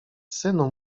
synu